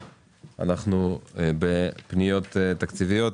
אנחנו בפניות תקציביות.